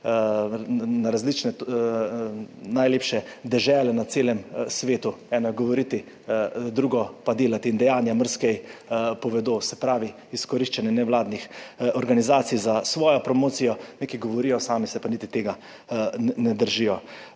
na različne najlepše dežele na celem svetu. Eno je govoriti, drugo pa delati in dejanja marsikaj povedo. Se pravi, izkoriščanje nevladnih organizacij za svojo promocijo. Nekaj govorijo, sami se pa niti tega ne držijo.